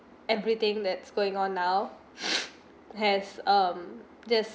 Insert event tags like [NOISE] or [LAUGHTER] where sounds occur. everything that's going on now [BREATH] has um this